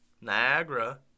Niagara